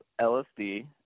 LSD